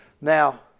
Now